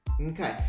Okay